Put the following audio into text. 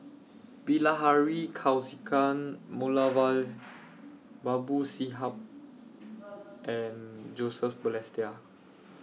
Bilahari Kausikan Moulavi Babu Sahib and Joseph Balestier